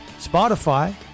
Spotify